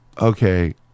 okay